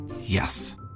Yes